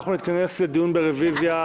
אנחנו נתכנס לדיון ברוויזיה,